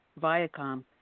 Viacom